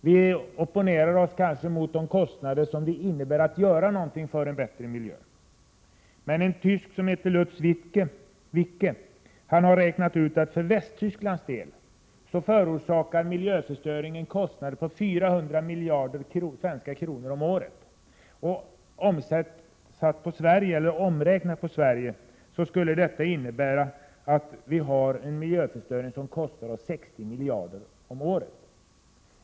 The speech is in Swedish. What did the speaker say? Man opponerar sig kanske mot de kostnader som det innebär att göra någonting för en bättre miljö. Men en tysk som heter Lutz Wicke har räknat ut att för Västtysklands del förorsakar miljöförstöringen kostnader på 400 miljarder svenska kronor om året. Omräknat till svenska förhållanden skulle detta innebära att vi har en miljöförstöring som kostar oss 60 miljarder kronor om året.